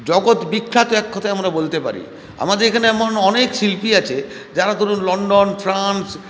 জগৎ বিখ্যাত এক কথায় আমরা বলতে পারি আমাদের এখানে এমন অনেক শিল্পী আছে যারা ধরুন লন্ডন ফ্রান্স